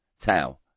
Tao